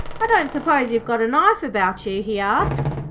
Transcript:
i don't suppose you've got a knife about you he asked.